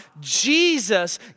Jesus